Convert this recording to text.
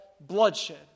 bloodshed